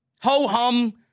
ho-hum